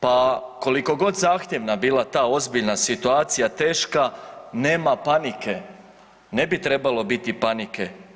Pa koliko god zahtjevna bila ta ozbiljna situacija teška nema panike, ne bi trebalo biti panike.